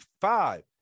five